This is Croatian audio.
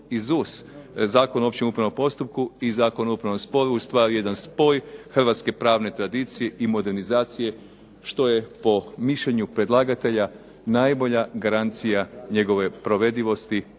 Zakon o općem upravnom postupku i Zakon o upravnom sporu ustvari jedan spoj hrvatske pravne tradicije i modernizacije što je po mišljenju predlagatelja najbolja garancija njegove provedivosti,